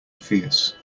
fierce